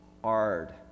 hard